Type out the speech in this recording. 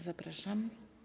Zapraszam.